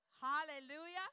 Hallelujah